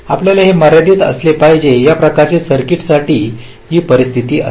आपल्याला हे माहित असले पाहिजे या प्रकारच्या सर्किट साठी ही परिस्थिती असेल